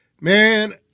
Man